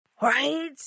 right